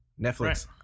Netflix